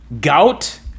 Gout